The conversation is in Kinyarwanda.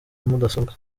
mudasobwa